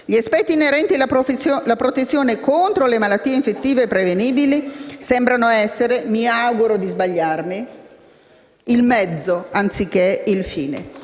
Gli aspetti inerenti alla protezione contro le malattie infettive prevenibili sembrano essere - mi auguro di sbagliare - il mezzo, anziché il fine.